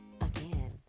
again